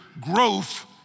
growth